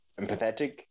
empathetic